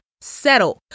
settle